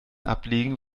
ablegen